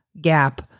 gap